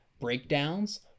breakdowns